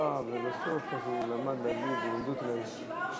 האופוזיציה הצביעה רק הערב בעד שבעה,